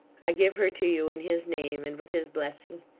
i give her to you in his name, and with his blessing.